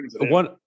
one